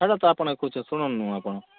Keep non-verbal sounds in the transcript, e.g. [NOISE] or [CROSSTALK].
[UNINTELLIGIBLE] ଶୁଣୁନ ଆପଣ